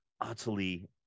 utterly